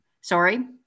Sorry